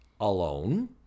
alone